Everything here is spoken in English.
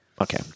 okay